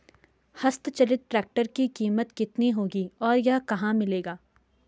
हस्त चलित ट्रैक्टर की कीमत कितनी होगी और यह कहाँ मिलेगा?